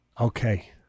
okay